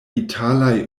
italaj